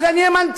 אז אני מנציח,